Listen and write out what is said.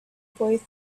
boy